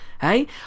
Hey